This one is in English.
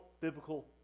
biblical